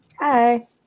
Hi